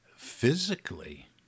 Physically